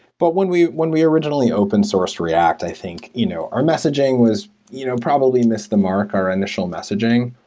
but when we when we or iginal ly open source react, i think you know our messaging was you know probably missed the mark, our in itial messaging,